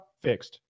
fixed